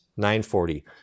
940